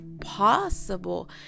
possible